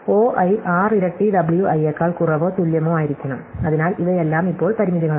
O i 6 ഇരട്ടി W i യേക്കാൾ കുറവോ തുല്യമോ ആയിരിക്കണം അതിനാൽ ഇവയെല്ലാം ഇപ്പോൾ പരിമിതികളാണ്